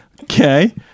Okay